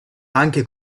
anche